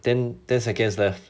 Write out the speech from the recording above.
then ten seconds left